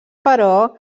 però